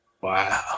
Wow